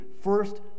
first